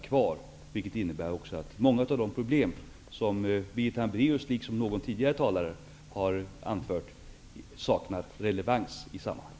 Det innebär att många av de problem som Birgitta Hambraeus liksom någon tidigare talare har anfört saknar relevans i sammanhanget.